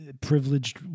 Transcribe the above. privileged